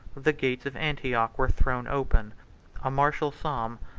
the gates of antioch were thrown open a martial psalm,